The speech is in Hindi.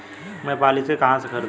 मैं पॉलिसी कहाँ से खरीदूं?